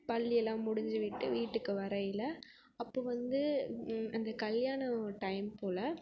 பள்ளியெல்லாம் முடிஞ்சு விட்டு வீட்டுக்கு வரயில அப்போது வந்து அந்த கல்யாணம் டைம் போல்